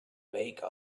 make